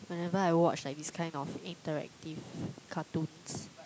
whenever I watch like this kind of interactive cartoons